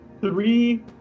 three